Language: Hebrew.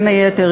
בין היתר,